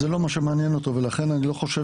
זה לא מה שמעניין אותו ולכן אני לא חושב